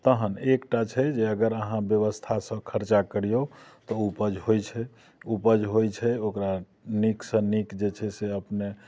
तहन एकटा छै जे अगर अहाँ व्यवस्थासँ खर्चा करियौ तऽ उपज होइ छै उपज होइ छै ओकरा नीकसँ नीक जे छै से अपने